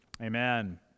amen